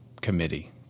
committee